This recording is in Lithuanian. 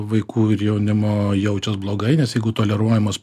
vaikų ir jaunimo jaučias blogai nes jeigu toleruojamos